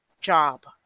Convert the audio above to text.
job